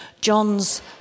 John's